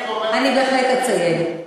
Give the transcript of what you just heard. אני בהחלט אציין.